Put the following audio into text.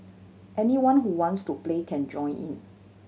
anyone who wants to play can join in